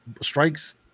strikes